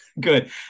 Good